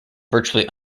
virtually